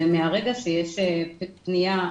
מהרגע שיש פנייה,